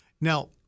Now